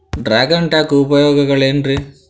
Dragon tank ಉಪಯೋಗಗಳೆನ್ರಿ?